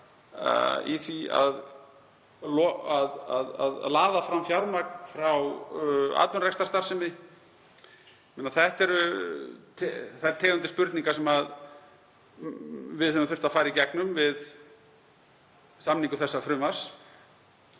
í því að laða fram fjármagn frá atvinnurekstrarstarfsemi? Þetta eru þær tegundir spurninga sem við höfum þurft að fara í gegnum við samningu þessa frumvarps